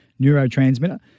neurotransmitter